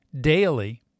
Daily